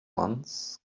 once